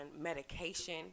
medication